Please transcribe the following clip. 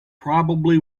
probably